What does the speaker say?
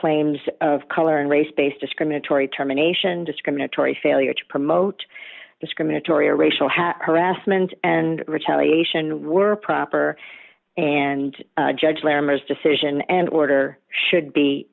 claims of color and race based discriminatory terminations discriminatory failure to promote discriminatory or racial harassment and retaliation were proper and judge lehr murs decision and order should be